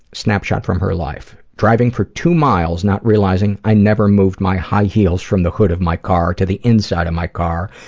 snapshot from her life. driving for two miles, not realizing i never moved my high heels from the hood of my car to the inside of my car,